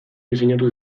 diseinatu